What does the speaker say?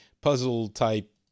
puzzle-type